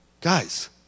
guys